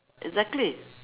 exactly